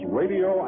radio